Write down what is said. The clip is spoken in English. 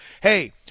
Hey